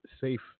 safe